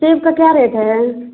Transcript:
सेब का क्या रेट है